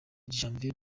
janvier